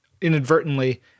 inadvertently